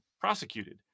prosecuted